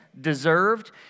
deserved